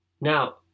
Now